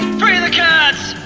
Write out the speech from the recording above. free the cats!